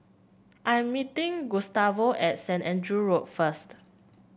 I'm meeting Gustavo at Saint Andrew Road first